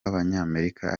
b’abanyamerika